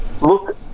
look